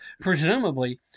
presumably